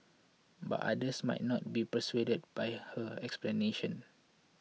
but others might not be so persuaded by her explanation